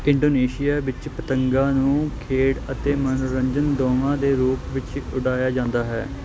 Indonesia ਵਿੱਚ ਪਤੰਗਾਂ ਨੂੰ ਖੇਡ ਅਤੇ ਮਨੋਰੰਜਨ ਦੋਵਾਂ ਦੇ ਰੂਪ ਵਿੱਚ ਉਡਾਇਆ ਜਾਂਦਾ ਹੈ